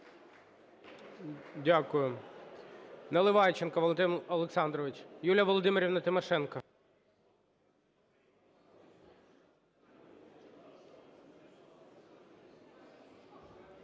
Дякую. Наливайченко Валентин Олександрович. Юлія Володимирівна Тимошенко.